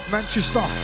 Manchester